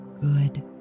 good